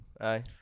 Aye